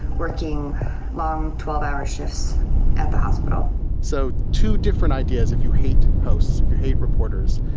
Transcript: working um twelve hour shifts at the hospital so two different ideas. if you hate hosts. if you hate reporters.